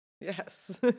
Yes